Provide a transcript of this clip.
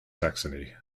saxony